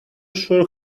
sure